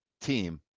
team